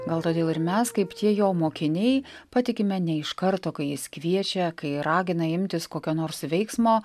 gal todėl ir mes kaip tie jo mokiniai patikime ne iš karto kai jis kviečia kai ragina imtis kokio nors veiksmo